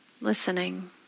listening